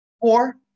Four